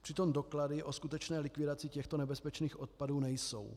Přitom doklady o skutečné likvidaci těchto nebezpečných odpadů nejsou.